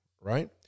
Right